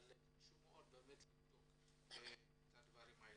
אבל חשוב לבדוק את הדברים.